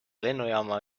lennujaama